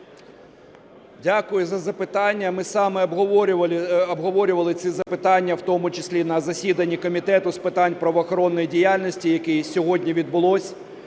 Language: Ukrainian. Дякую за запитання. Ми саме обговорювали ці запитання в тому числі на засіданні Комітету з питань правоохоронної діяльності, яке сьогодні відбулось.